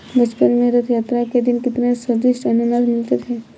बचपन में रथ यात्रा के दिन कितने स्वदिष्ट अनन्नास मिलते थे